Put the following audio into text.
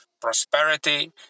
prosperity